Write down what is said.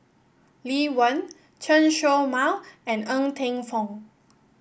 Lee Wen Chen Show Mao and Ng Teng Fong